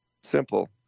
Simple